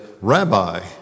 Rabbi